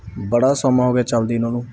ਬੜਾ ਸਮਾਂ ਹੋ ਗਿਆ ਚੱਲਦੀ ਨੂੰ ਉਹਨੂੰ